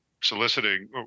soliciting